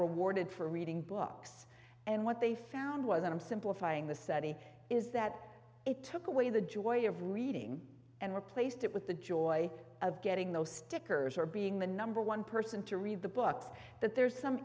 rewarded for reading books and what they found was i'm simplifying the study is that it took away the joy of reading and replaced it with the joy of getting those stickers or being the number one person to read the books that there's some